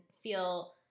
feel